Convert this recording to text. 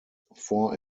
four